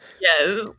Yes